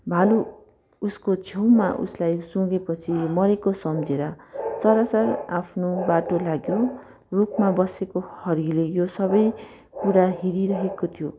भालु उसको छेउमा उसलाई सुँघेपछि मरेको सम्झेर सरासर आफ्नो बाटो लाग्यो रुखमा बसेको हरिले यो सबै कुरा हेरिरहेको थियो